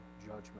judgment